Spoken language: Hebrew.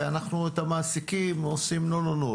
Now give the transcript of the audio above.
ואת המעסיקים אנחנו עושים נו-נו-נו.